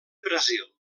brasil